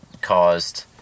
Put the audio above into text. caused